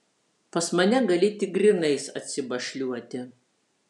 pas mane gali tik grynais atsibašliuoti